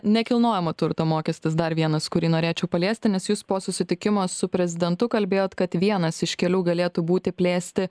nekilnojamo turto mokestis dar vienas kurį norėčiau paliesti nes jūs po susitikimo su prezidentu kalbėjot kad vienas iš kelių galėtų būti plėsti